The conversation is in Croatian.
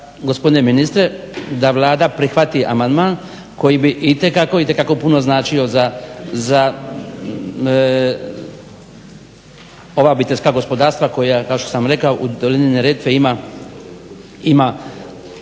gospodine ministre da Vlada prihvati amandman koji bi itekako puno značio za ova obiteljska gospodarstva koja kao što sam rekao u dolini Neretve ima